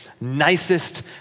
nicest